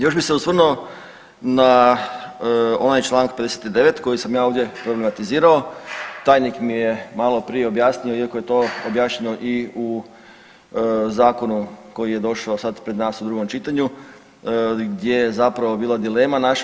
Još bi se osvrnuo na onaj Članak 59. koji sam ja ovdje problematizirao, tajnik mi je malo prije objasnio iako je to objašnjeno i u zakonu koji je došao sad pred nas u drugom čitanju gdje je zapravo bila dilema naša.